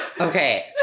okay